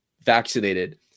vaccinated